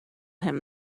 him